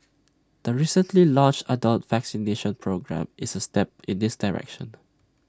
the recently launched adult vaccination programme is A step in this direction